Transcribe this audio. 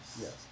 yes